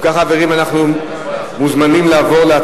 בעד, 4, נגד, 31, אין נמנעים.